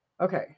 Okay